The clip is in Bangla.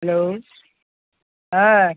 হ্যালো হ্যাঁ